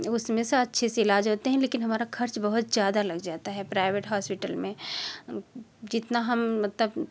उसमें से सब अच्छे से इलाज होते हैं लेकिन हमारा खर्च बहुत ज्यादा लग जाता है प्राइवेट हॉस्पिटल में जितना हम मतलब